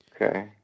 Okay